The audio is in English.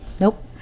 Nope